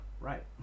right